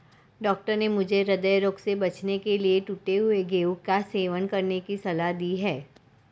doctor ने मुझे हृदय रोग से बचने के लिए टूटे हुए गेहूं का सेवन करने की सलाह दी है